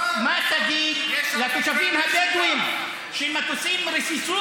מה תגיד לתושבים הבדואים שמטוסים ריססו